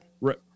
Right